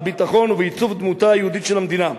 הביטחון ועיצוב דמותה היהודית של המדינה.